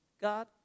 God